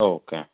okay